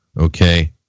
okay